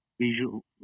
visual